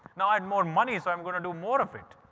now i had more money, so i'm going to do more of it.